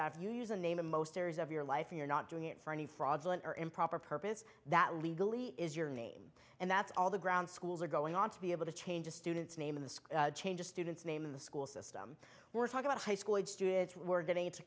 if you use a name in most areas of your life you're not doing it for any fraudulent or improper purpose that legally is your name and that's all the ground schools are going on to be able to change a student's name in the school change a student's name in the school system we're talking about high school students were getting into